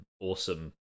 awesome